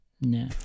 No